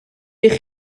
eich